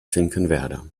finkenwerder